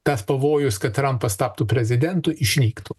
tas pavojus kad trampas taptų prezidentu išnyktų